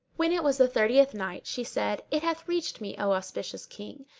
when it was the thirtieth night, she said, it hath reached me, o auspicious king,